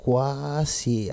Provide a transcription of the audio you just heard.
Quasi